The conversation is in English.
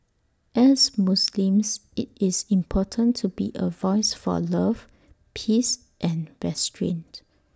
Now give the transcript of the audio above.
as Muslims IT is important to be A voice for love peace and restraint